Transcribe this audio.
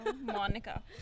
Monica